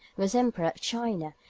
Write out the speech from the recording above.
was emperor of china,